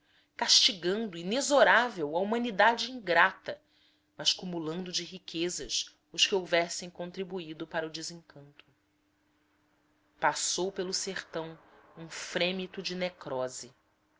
castigando inexorável a humanidade ingrata mas cumulando de riquezas os que houvessem contribuído para o desencanto passou pelo sertão um frêmito de nevrose